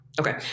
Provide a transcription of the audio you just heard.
okay